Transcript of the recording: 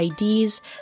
IDs